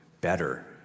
better